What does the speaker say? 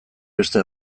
beste